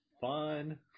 fun